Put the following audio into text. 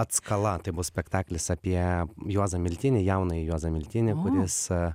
atskala tai bus spektaklis apie juozą miltinį jaunąjį juozą miltinį kuris